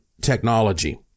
technology